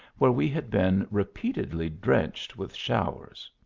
where we had been repeatedly drenched with showers.